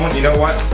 you know what,